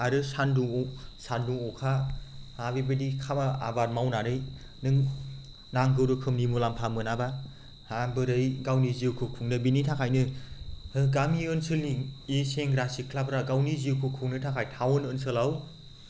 आरो सान्दुं अखा हा बेबायदि आबाद मावनानै नों नांगौ रोखोमनि मुलाम्फा मोनाब्ला हा बोरै गावनि जिउखौ खुंनो बिनि थाखायनो गामि ओनसोलनि बे सेंग्रा सिख्लाफ्रा गावनि जिउखौ खुंनो थाखाय टाउन ओनसोलाव